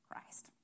Christ